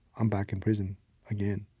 i'm back in prison again